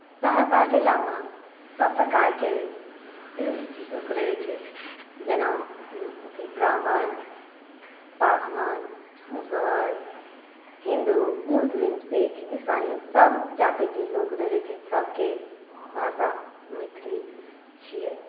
सहरसा जिलामे सभ प्रकारके लोक रहए छै जेना ब्राम्हण पासवान मुसहर हिन्दु मुस्लिम सिक्ख इसाई सभ जातिके लोक रहै छै सभकेँ भाषा मैथिली छियै